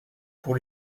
pour